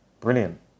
brilliant